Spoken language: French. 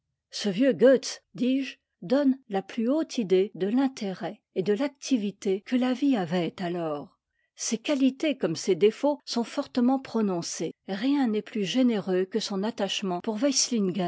ce vieux goetz dis-je donne la plus haute idée de l'intérêt et de l'activité que la vie avait alors ses qualités comme ses défauts sont fortement prononcés rien n'est plus généreux que son attachement pour weisiingen